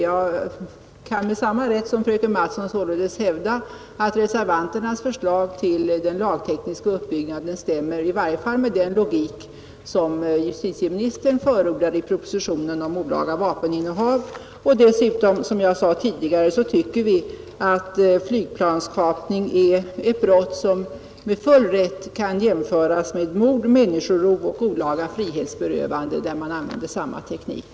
Jag kan således med samma rätt som fröken Mattson hävda att reservanternas förslag till lagteknisk uppbyggnad i vart fall stämmer med den logik som justitieministern förordar i propositionen om olaga vapeninnehav. Dessutom tycker vi, som jag sade tidigare, att flygplanskapning är ett brott som med full rätt kan jämföras med mord, människorov och olaga frihetsberövande, där man använder samma lagteknik.